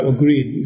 agreed